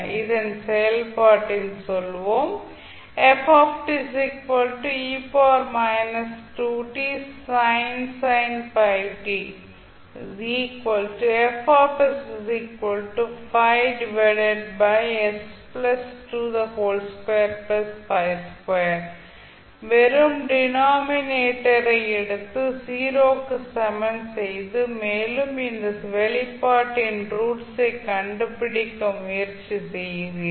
இந்த செயல்பாட்டின் சொல்வோம் வெறும் டினாமினேட்டர் ஐ எடுத்து 0 க்கு சமன் செய்து மேலும் இந்த வெளிப்பாட்டின் ரூட்ஸ் ஐ கண்டுபிடிக்க முயற்சி செய்கிறீர்கள்